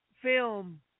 film